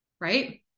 Right